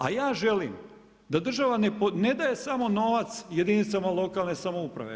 A ja žalim, da država ne daje samo novac, jedinicama lokalne samouprave.